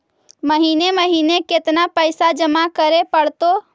महिने महिने केतना पैसा जमा करे पड़तै?